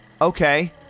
Okay